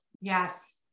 Yes